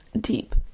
deep